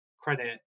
credit